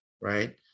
right